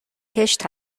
کشت